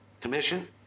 Commission